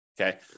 Okay